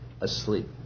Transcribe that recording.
asleep